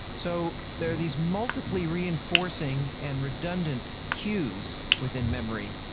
so there are these multiple reinforcing and redundant cues within memory.